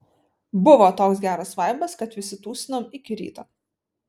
buvo toks geras vaibas kad visi tūsinom iki ryto